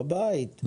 בבית,